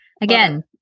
Again